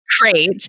great